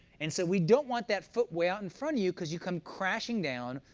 and so we don't want that foot way out in front of you, because you come crashing down.